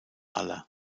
aller